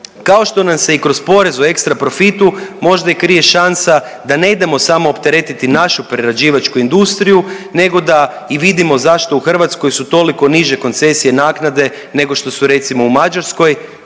Kao što nam se i kroz pore o ekstra profitu možda i krije šansa da ne idemo samo opteretiti našu prerađivačku industriju nego da i vidimo zašto u Hrvatskoj su toliko niže koncesije naknade nego što su recimo u Mađarskoj.